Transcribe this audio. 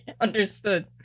understood